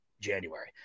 January